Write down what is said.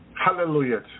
Hallelujah